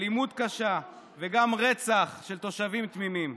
אלימות קשה וגם רצח של תושבים תמימים.